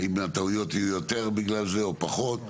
האם הטעויות יהיו יותר בגלל זה או פחות.